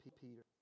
Peter